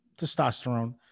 testosterone